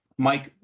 Mike